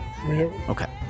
Okay